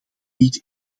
niet